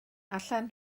allan